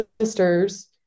sisters